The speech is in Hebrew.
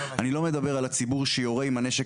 אני לא מדבר על הציבור שיורה עם הנשק